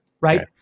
right